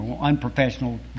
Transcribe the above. unprofessional